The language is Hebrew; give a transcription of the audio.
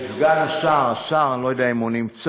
סגן השר, השר, אני לא יודע אם הוא נמצא.